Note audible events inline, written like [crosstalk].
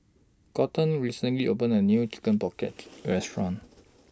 Colton recently opened A New Chicken Pocket [noise] Restaurant